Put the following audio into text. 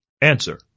Answer